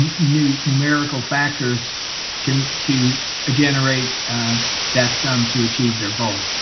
new numerical factors to to generate that sum to achieve their goal.